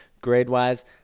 grade-wise